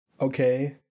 okay